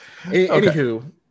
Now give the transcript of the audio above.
Anywho